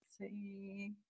See